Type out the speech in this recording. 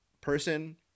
person